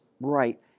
right